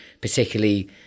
particularly